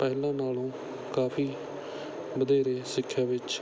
ਪਹਿਲਾਂ ਨਾਲੋਂ ਕਾਫੀ ਵਧੇਰੇ ਸਿੱਖਿਆ ਵਿੱਚ